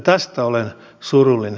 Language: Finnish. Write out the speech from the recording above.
tästä olen surullinen